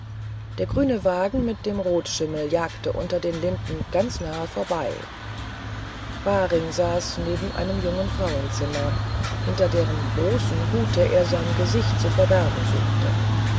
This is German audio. der grüne wagen mit den rotschimmeln jagte unter den linden ganz nahe vorbei waring saß neben einem jungen frauenzimmer hinter deren großen hute er sein gesicht zu verbergen suchte